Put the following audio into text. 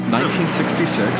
1966